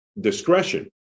discretion